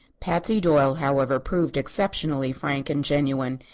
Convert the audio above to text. patsy doyle, however, proved exceptionally frank and genuine,